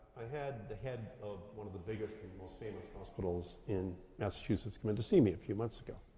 i had the head of one of the biggest, most famous hospitals in massachusetts come in to see me a few months ago.